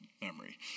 memory